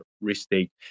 restate